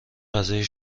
غذایی